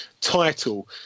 title